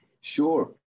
sure